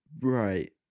Right